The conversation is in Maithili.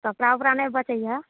कपड़ा ओपड़ा नहि बचैहऽ